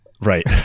right